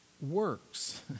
works